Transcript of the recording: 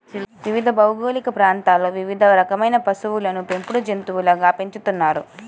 వివిధ భౌగోళిక ప్రాంతాలలో వివిధ రకాలైన పశువులను పెంపుడు జంతువులుగా పెంచుతున్నారు